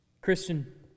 Christian